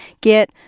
get